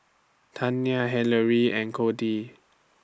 Tania Hillery and Codi